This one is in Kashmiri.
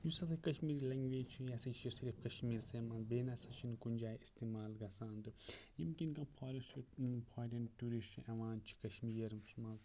یُس ہسا کَشمیٖری لینٛگویج چھ یہِ ہَسا چھِ صرف کَشمیٖرَس منٛز بیٚیہِ نسا چھنہٕ کُنہِ جایہِ اِستعمال گَژھان تہٕ ییٚمہِ کِنۍ کینہہ فاریس فارٮ۪ن ٹیوٗرسٹہٕ یِوان چھ کَشمیٖرس منٛز یِم چھِ